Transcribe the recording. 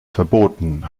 verboten